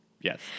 Yes